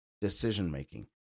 decision-making